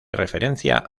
referencia